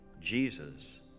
Jesus